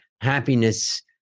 happiness